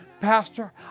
Pastor